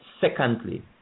Secondly